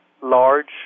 large